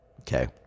Okay